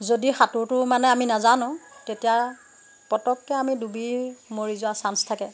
যদি সাঁতোৰটো মানে আমি নাজানো তেতিয়া পতককৈ আমি ডুবি মৰি যোৱাৰ চাঞ্চ থাকে